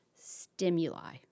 stimuli